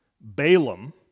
Balaam